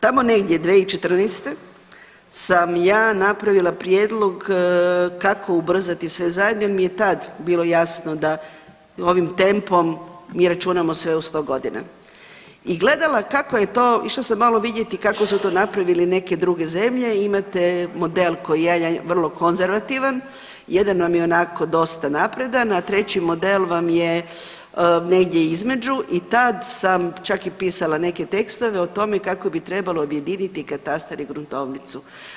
Tamo negdje 2014. sam ja napravila prijedlog kako ubrzati sve zajedno jel mi je tad bilo jasno da ovim tempom mi računamo sve u 100.g. i gledala kako je to, išla sam malo vidjeti kako su to napravile neke druge zemlje, imate model koji je jedan vrlo konzervativan, jedan vam je onako dosta napredan, a treći model vam je negdje između i tad sam čak i pisala neke tekstove o tome i kako bi trebalo objediniti katastar i gruntovnicu.